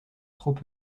trop